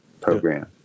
program